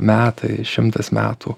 metai šimtas metų